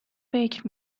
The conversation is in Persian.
فکر